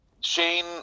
Shane